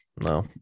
No